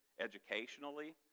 educationally